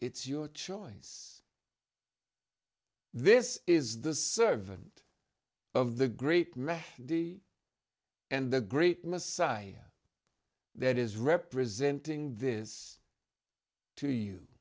it's your choice this is the servant of the great man and the great messiah that is representing this to you